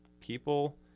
people